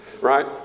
right